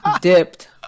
Dipped